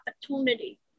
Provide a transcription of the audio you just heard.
opportunity